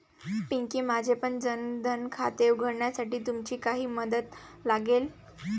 पिंकी, माझेपण जन धन खाते उघडण्यासाठी तुमची काही मदत लागेल